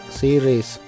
series